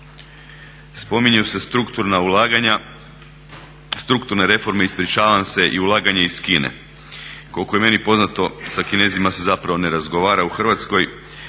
spominju se strukturne reforme i ulaganja iz Kine. Koliko je meni poznato, sa Kinezima se zapravo ne razgovara. U Hrvatskoj